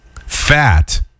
fat